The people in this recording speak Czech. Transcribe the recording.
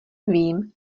vím